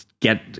Get